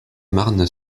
marne